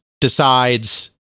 decides